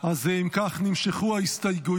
אז אם כך נמשכו ההסתייגויות.